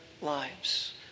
lives